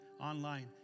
online